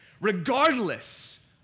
regardless